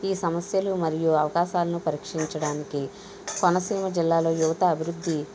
ఈ సమస్యలు మరియు అవకాశాలను పరీక్షించడానికి కొనసీమ జిల్లాలో యువత అభివృద్ధి